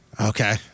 Okay